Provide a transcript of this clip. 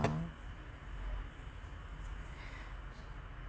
are